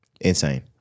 insane